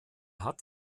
hat